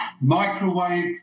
microwave